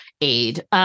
aid